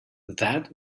that